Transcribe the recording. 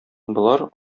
болар